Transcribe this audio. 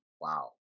Wow